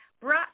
brought